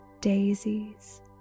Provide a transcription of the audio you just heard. daisies